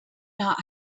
not